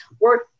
work